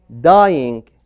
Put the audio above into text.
dying